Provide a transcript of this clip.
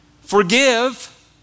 Forgive